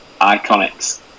Iconics